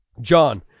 John